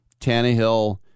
Tannehill